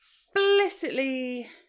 explicitly